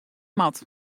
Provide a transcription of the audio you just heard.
moat